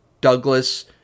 Douglas